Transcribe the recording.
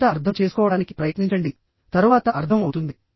మొదట అర్థం చేసుకోవడానికి ప్రయత్నించండి తరువాత అర్థం అవుతుంది